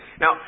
Now